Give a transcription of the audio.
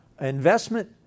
Investment